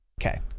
Okay